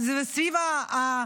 זה סביב המצב,